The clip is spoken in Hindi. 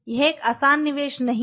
यह एक आसान निवेश नहीं है